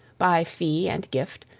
by fee and gift,